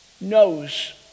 knows